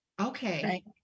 Okay